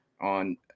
on